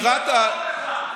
הן לא קורות בכלל.